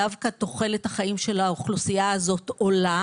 דווקא תוחלת החיים של האוכלוסייה הזאת עולה